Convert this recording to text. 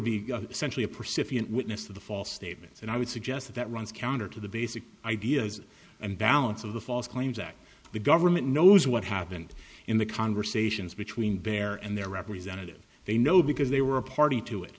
percipient witness to the false statements and i would suggest that runs counter to the basic ideas and balance of the false claims act the government knows what happened in the conversations between bear and their representatives they know because they were a party to it